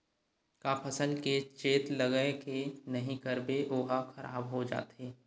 का फसल के चेत लगय के नहीं करबे ओहा खराब हो जाथे?